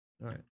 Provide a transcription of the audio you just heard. Right